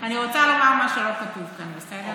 אני רוצה לומר משהו שלא כתוב כאן, בסדר?